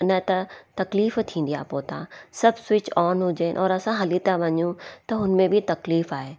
न त तकलीफ़ थींदी आहे पोइ तव्हां सभु स्विच ऑन हुजे और असां हली था वञूं त उनमें बि तकलीफ़ आहे